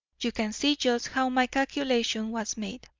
you can see just how my calculation was made.